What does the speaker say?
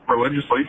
religiously